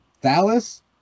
Dallas